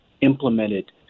implemented